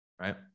Right